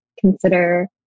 consider